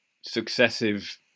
successive